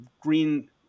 green